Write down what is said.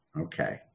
okay